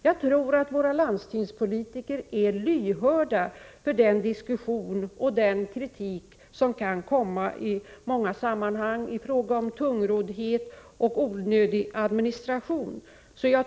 Jag tror att våra landstingspolitiker är lyhörda för den diskussion som förs och den kritik som i många sammanhang kan resas när det gäller t.ex. tungroddhet och onödig administration.